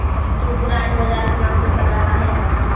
तु बॉन्ड बाजार के नाम से घबरा काहे ह?